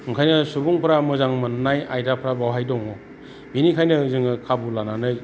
ओंखायनो सुबुंफोरा मोजां मोन्नाय आइदाफोरा बेवहाय दङ बेनिखायनो जोङो खाबु लानानै